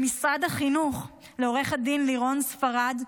למשרד החינוך, לעו"ד לירון ספרד,